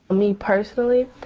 me personally,